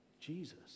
Jesus